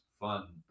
fun